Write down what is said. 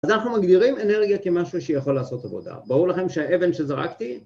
אז אנחנו מגדירים אנרגיה כמשהו שיכול לעשות עבודה, ברור לכם שהאבן שזרקתי